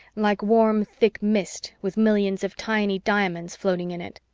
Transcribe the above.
like warm thick mist with millions of tiny diamonds floating in it.